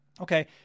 Okay